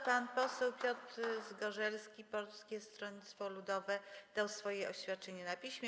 Pan poseł Piotr Zgorzelski, Polskie Stronnictwo Ludowe, dał swoje oświadczenie na piśmie.